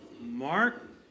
Mark